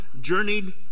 journeyed